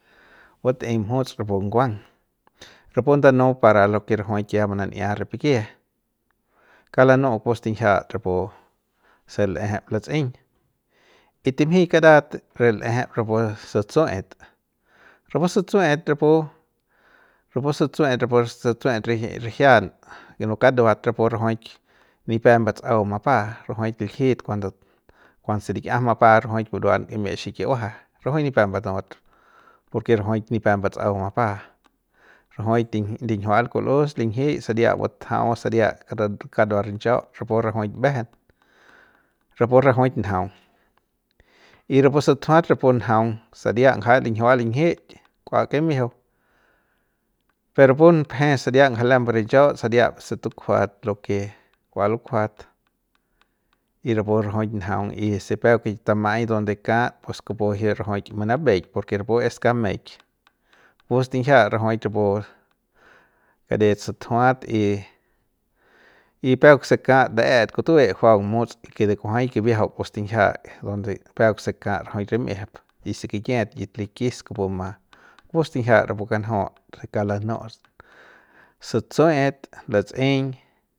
Batꞌei mjuts rapu nguang rapu ndanu para lo ke rajuik ya manania re pikie ka lanuꞌu kupu stinjia rapu se lejep latsꞌeiñ timjik karat re lejep rapu sutsueꞌet rapu sutsueꞌet rapu rapu sutsueꞌet sutsueꞌet ri rijian yino kaduat rapu rajuik nipep mbatsꞌau mbapa rajuik liljit kuando kuanse likiajam mbapa rajuik buruan kimbiep xikiuaja rajuik nipep mbatut porke rajuik nipep mbatsau mapa rajuik tin linjiual kulꞌus linjik saria butjau saria re kadua rinchaut rapu rajuik mbejen rapu rajuik njaung y rapu sutjuat rapu rajuik njaung saria ngaja linjiual linjik kua kimijiu per rapu pje saria ngja lembe rinchaut saria se tukjuat lo ke kua likjuat y rapu rajuk njaung y si peuk tama'ai donde kat pus kupu ji rajuik manabeik por ke rapu es kameik kupu stinjia rapu rajuik karet sutjuat y y peuk se kat le'et kutue juaung mu'uts y ke de kujuai kibiajau kupu stinjia donde peuk se kat rajuik rimꞌiejep y si kikiet yit likis kupu ma kupu stinjia rapu kanju re kauk la nu'ut sutsue'et latsꞌein.